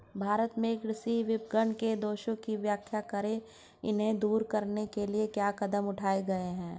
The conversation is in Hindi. भारत में कृषि विपणन के दोषों की व्याख्या करें इन्हें दूर करने के लिए क्या कदम उठाए गए हैं?